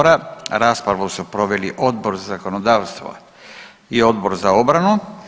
Raspravu su proveli Odbor za zakonodavstvo i Odbor za obranu.